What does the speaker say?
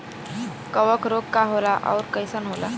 कवक रोग का होला अउर कईसन होला?